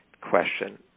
question